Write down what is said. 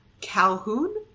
calhoun